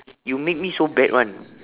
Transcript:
you make me so bad [one]